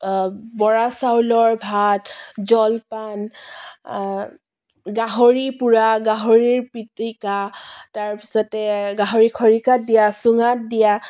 বৰা চাউলৰ ভাত জলপান গাহৰি পোৰা গাহৰিৰ পিটিকা তাৰপিছতে গাহৰি খৰিকাত দিয়া চুঙাত দিয়া